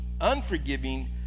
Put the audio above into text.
unforgiving